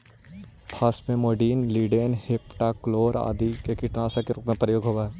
phosphamidon, lindane, heptachlor आदि के कीटनाशक के रूप में प्रयोग होवऽ हई